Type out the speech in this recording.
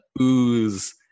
ooze